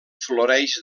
floreix